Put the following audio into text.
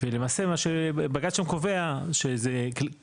ולמעשה מה שבג"צ שם קובע, שזה זה שפיט,